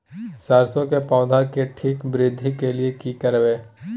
सरसो के पौधा के ठीक वृद्धि के लिये की करबै?